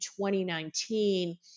2019